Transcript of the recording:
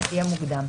לפי המוקדם,